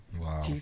Wow